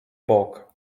bok